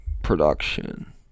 Production